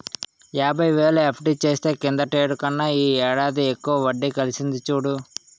యాబైవేలు ఎఫ్.డి చేస్తే కిందటేడు కన్నా ఈ ఏడాది ఎక్కువ వడ్డి కలిసింది చూడు